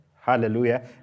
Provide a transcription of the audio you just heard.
Hallelujah